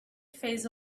phase